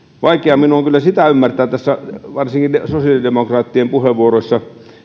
vaikea minun on kyllä ymmärtää tässä varsinkin sosiaalidemokraattien puheenvuoroissa